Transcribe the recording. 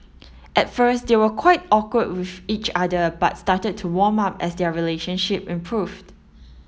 at first they were quite awkward with each other but started to warm up as their relationships improved